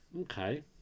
Okay